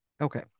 Okay